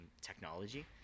technology